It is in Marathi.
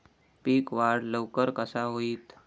पीक वाढ लवकर कसा होईत?